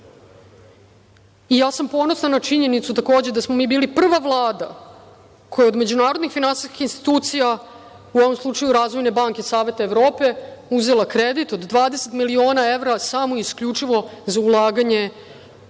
sam ponosna na činjenicu, takođe, da smo mi bili prva vlada koju od međunarodnih finansijskih institucija, u ovom slučaju Razvojne banke Saveta Evrope, uzela kredit od 20 miliona evra samo i isključivo za ulaganje u